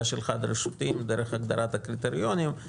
שלך בראשותי ודרך הגדרת הקריטריונים,